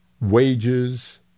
wages